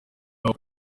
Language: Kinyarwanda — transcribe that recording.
aho